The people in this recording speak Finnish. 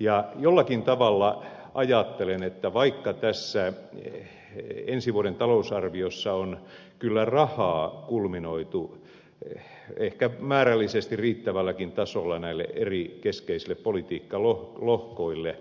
ja jollakin tavalla ajattelen että vaikka tässä ensi vuoden talousarviossa on kyllä rahaa kulminoitu ehkä määrällisesti riittävälläkin tasolla näille keskeisille politiikkalohkoille